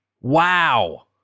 Wow